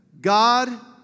God